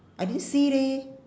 I didn't see leh